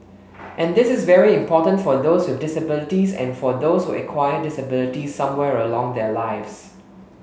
and this is very important for those with disabilities and for those who acquire disabilities somewhere along their lives